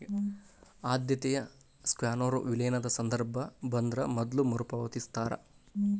ಆದ್ಯತೆಯ ಸ್ಟಾಕ್ನೊರ ವಿಲೇನದ ಸಂದರ್ಭ ಬಂದ್ರ ಮೊದ್ಲ ಮರುಪಾವತಿಸ್ತಾರ